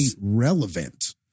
relevant